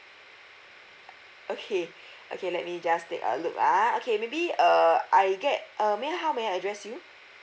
okay okay let me just take a look ah okay maybe err I get uh may I how may I address you